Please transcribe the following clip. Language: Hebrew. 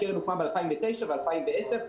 הקרן הוקמה ב-2009 וב-2010,